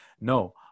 No